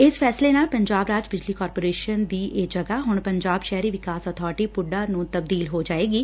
ਇਸ ਫੈਸਲੇ ਨਾਲ ਪੰਜਾਬ ਰਾਜ ਬਿਜਲੀ ਕਾਰਪੋਰੇਸ਼ਨ ਦੀ ਇਹ ਜਗ੍ਗਾ ਹੁਣ ਪੰਜਾਬ ਸ਼ਹਿਰੀ ਵਿਕਾਸ ਅਬਾਰਟੀ ਪੁੱਡਾ ਨੂੰ ਤਬਦੀਲ ਹੋ ਜਾਏਗੀ